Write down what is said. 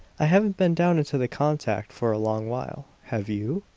i haven't been down into the contact for a long while. have you?